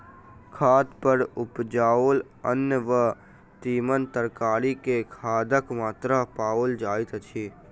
खाद पर उपजाओल अन्न वा तीमन तरकारी मे खादक मात्रा पाओल जाइत अछि